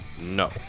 No